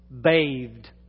bathed